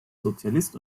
sozialist